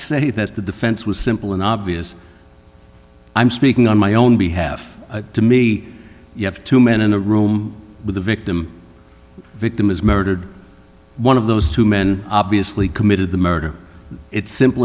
said that the defense was simple and obvious i'm speaking on my own behalf to me you have two men in a room with a victim victim is murdered one of those two men obviously committed the murder it's simple